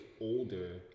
older